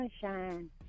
Sunshine